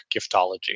Giftology